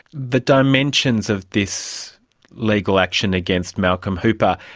the dimensions of this legal action against malcolm hooper,